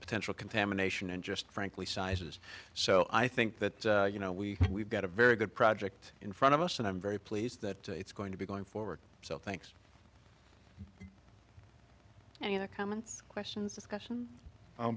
potential contamination and just frankly sizes so i think that you know we we've got a very good project in front of us and i'm very pleased that it's going to be going forward so thanks and your comments questions discussion i'll